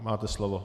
Máte slovo.